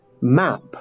map